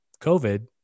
COVID